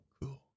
Cool